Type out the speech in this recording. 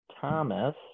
Thomas